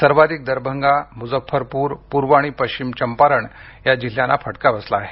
सर्वाधिक दरभंगा मुझफ्फरपुर पूर्व आणि पश्चिम चंपारण या जिल्ह्यांना फटका बसला आहे